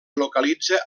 localitza